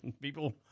People